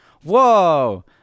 Whoa